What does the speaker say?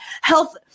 health